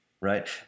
right